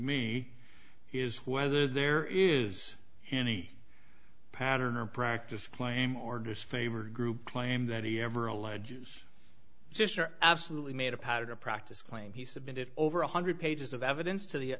me is whether there is any pattern or practice claim or disfavor group claim that he ever alleges sr absolutely made a pattern or practice claim he submitted over one hundred pages of evidence to the